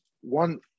one